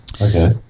Okay